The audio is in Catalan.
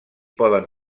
poden